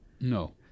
No